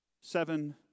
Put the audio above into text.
Seven